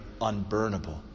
unburnable